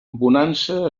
bonança